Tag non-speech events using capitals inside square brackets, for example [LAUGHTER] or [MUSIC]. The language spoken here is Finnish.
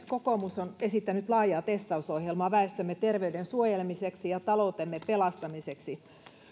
[UNINTELLIGIBLE] kokoomus on esittänyt laajaa testausohjelmaa väestömme terveyden suojelemiseksi ja taloutemme pelastamiseksi